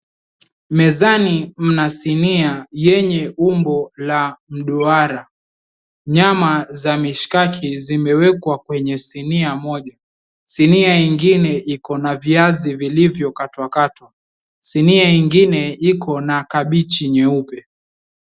Mezani mna sinia yenye umbo la mduara nyama za mishikaki zimewekwa kwenye sinia moja, sinia nyingine iko na viazi vilivyokatwakatwa, sinia nyingi iko na kabichi nyeupe.